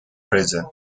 prison